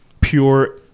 pure